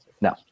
No